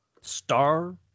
Star